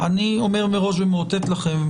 אני אומר מראש ומאותת לכם,